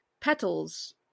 petals